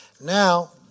Now